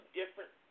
different